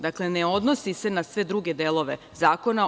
Dakle, ne odnosi se na druge delove zakona.